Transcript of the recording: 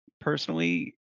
personally